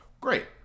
great